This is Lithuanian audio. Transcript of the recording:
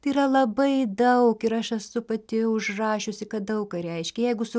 tai yra labai daug ir aš esu pati užrašiusi kad daug ką reiškia jeigu su